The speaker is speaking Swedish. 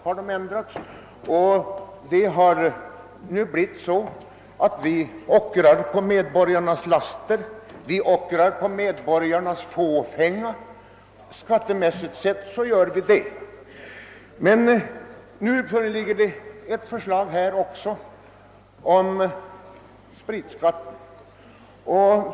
Vi ockrar nu, skattemässigt sett, på medborgarnas laster och vi ockrar på medborgarnas fåfänga. Det föreligger nu ett förslag om höjd spritskatt.